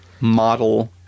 model